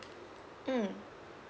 mm